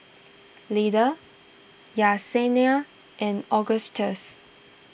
Lyda Yesenia and Augustus